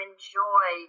Enjoy